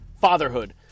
FATHERHOOD